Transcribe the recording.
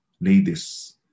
ladies